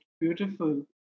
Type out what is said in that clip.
Beautiful